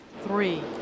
three